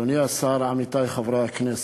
אדוני השר, עמיתי חברי הכנסת,